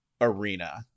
arena